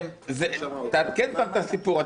תעדכן אותם על הסיפור.